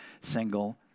single